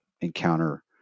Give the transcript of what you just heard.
encounter